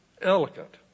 elegant